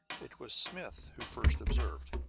it was smith who first observed